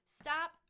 Stop